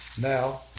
now